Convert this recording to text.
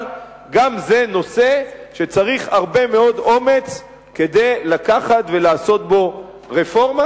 אבל גם זה נושא שצריך הרבה מאוד אומץ כדי לקחת ולעשות בו רפורמה,